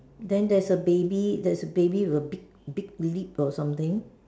than there's a baby there's a baby with a big lip or something